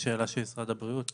זו שאלה של משרד הבריאות וכו'.